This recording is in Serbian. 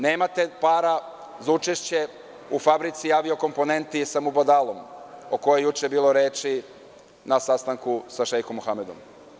Nemate para za učešće u fabrici aviokomponenti sa Mubadalom, o kojoj je juče bilo reči na sastanku sa šeikom Muhamedom.